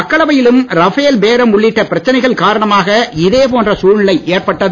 மக்களவையிலும் ரஃபேல் பேரம் உள்ளிட்ட பிரச்சனைகள் காரணமாக இதே போன்ற சூழ்நிலை ஏற்பட்டது